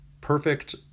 perfect